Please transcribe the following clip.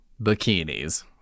bikinis